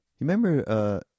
remember